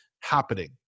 happening